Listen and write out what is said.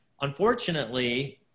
unfortunately